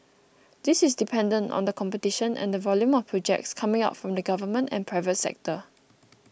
this is dependent on the competition and the volume of projects coming out from the government and private sector